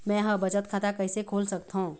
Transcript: मै ह बचत खाता कइसे खोल सकथों?